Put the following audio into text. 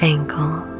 Ankle